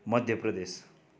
Madhya Pradesh